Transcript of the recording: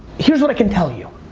here's what i can tell you.